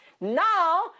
now